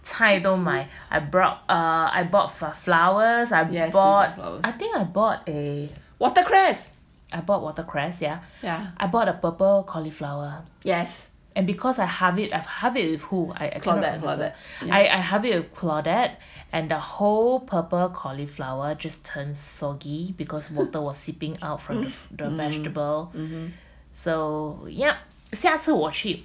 watercress ya yes claudet